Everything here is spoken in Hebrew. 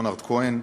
ליאונרד כהן,